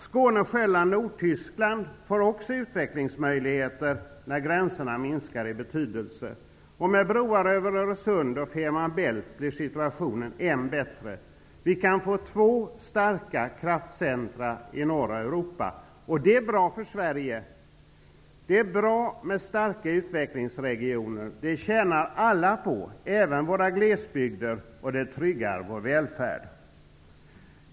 Skåne--Själland--Nordtyskland får också utvecklingsmöjligheter när gränserna minskar i betydelse. Med broar över Öresund och Femer Bält blir situationen än bättre. Det kan bli två starka kraftcentra i norra Europa, och det är bra för Sverige. Det är bra med starka utvecklingsregioner. Det tjänar alla på, även våra glesbygder. Dessutom tryggar det vår välfärd.